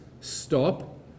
stop